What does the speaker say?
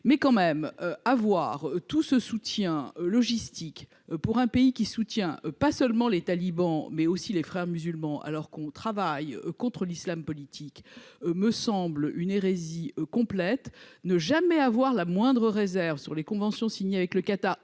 mais quand même, avoir tout ce soutien logistique pour un pays qui soutient pas seulement les talibans, mais aussi les frères musulmans alors qu'on travaille contre l'Islam politique me semble une hérésie complète, ne jamais avoir la moindre réserve sur les conventions signées avec le Qatar,